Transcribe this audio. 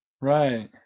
Right